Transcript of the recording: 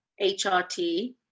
HRT